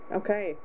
okay